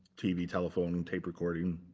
tv, telephone, and tape recording.